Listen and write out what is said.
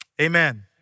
Amen